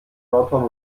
nordhorn